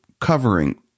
covering